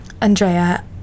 Andrea